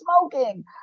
smoking